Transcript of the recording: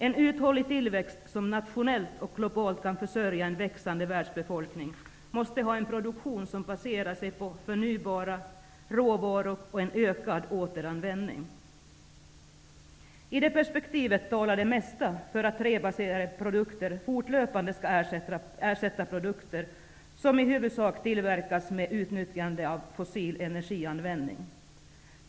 En uthållig tillväxt som nationellt och globalt kan försörja en växande världsbefolkning måste ha en produktion som baserar sig på förnybara råvaror och en ökad återanvändning. I det perspektivet talar det mesta för att träbaserade produkter fortlöpande skall ersätta produkter som i huvudsak tillverkas med utnyttjande av fossil energianvändning.